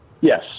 Yes